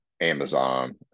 Amazon